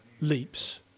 leaps